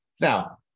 Now